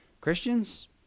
Christians